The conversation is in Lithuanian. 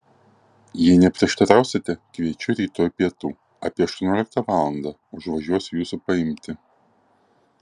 jei neprieštarausite kviečiu rytoj pietų apie aštuonioliktą valandą užvažiuosiu jūsų paimti